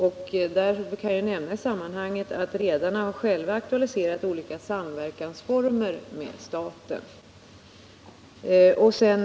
Jag kan i sammanhanget nämna att redarna själva har aktualiserat olika former för samverkan med staten.